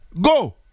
go